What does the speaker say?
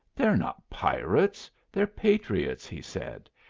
they're not pirates, they're patriots, he said,